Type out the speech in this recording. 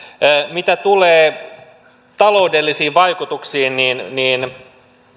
mitä tulee taloudellisiin vaikutuksiin niin niin